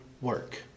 work